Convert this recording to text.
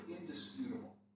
indisputable